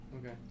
Okay